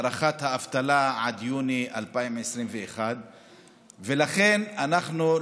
הארכת דמי האבטלה עד יוני 2021. לכן אנחנו,